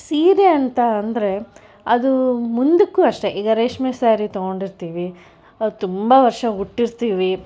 ಸೀರೆ ಅಂತ ಅಂದರೆ ಅದು ಮುಂದಕ್ಕೂ ಅಷ್ಟೇ ಈಗ ರೇಷ್ಮೆ ಸಾರಿ ತಗೊಂಡು ಇರ್ತೀವಿ ಅದು ತುಂಬ ವರ್ಷ ಉಟ್ಟಿರ್ತೀವಿ